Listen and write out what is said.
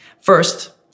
first